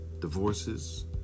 divorces